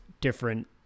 different